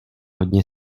hodně